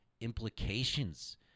implications